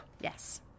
Yes